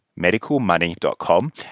medicalmoney.com